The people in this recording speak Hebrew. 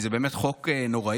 כי זה באמת חוק נוראי,